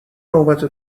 نوبت